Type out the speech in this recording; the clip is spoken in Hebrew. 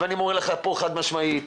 ואני מורה לך פה חד משמעית,